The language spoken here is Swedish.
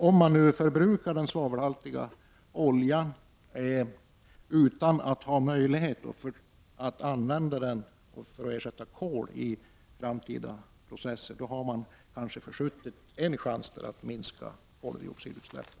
Om den svavelhaltiga oljan förbrukas utan att man har haft möjlighet att använda den för att ersätta kol i framtida processer, har man kanske försuttit en chans till att minska koldioxidutsläppen.